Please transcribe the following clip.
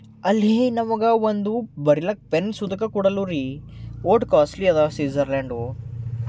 ಅಲ್ಲಿ ನಮಗೆ ಒಂದು ಬರಿಯೋಕ್ಕೆ ಪೆನ್ ಸುದೇಕ ಕೊಡಲ್ಲರೀ ಅಷ್ಟು ಕ್ವಾಸ್ಲಿ ಅದ ಸಿಝರ್ಲ್ಯಾಂಡು